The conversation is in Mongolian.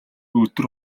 өдөр